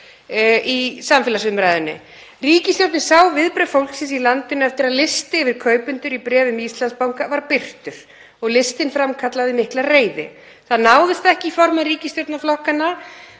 í samfélagsumræðunni. Ríkisstjórnin sá viðbrögð fólksins í landinu eftir að listi yfir kaupendur að bréfum Íslandsbanka var birtur og listinn framkallaði mikla reiði. Það náðist ekki í formenn ríkisstjórnarflokkanna